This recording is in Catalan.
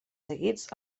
seguits